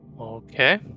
Okay